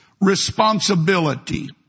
responsibility